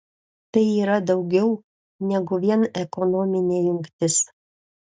tai yra daugiau negu vien ekonominė jungtis